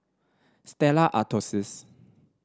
Stella Artois